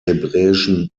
hebräischen